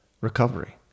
recovery